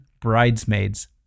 Bridesmaids